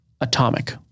atomic